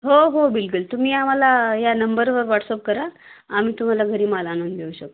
हो हो बिलकुल तुम्ही आम्हाला या नंबरवर व्हॉट्सअप करा आम्ही तुम्हाला घरी माल आणून देऊ शकतो